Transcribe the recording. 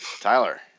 Tyler